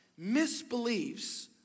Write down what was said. Misbeliefs